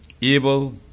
Evil